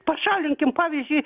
pašalinkim pavyzdžiui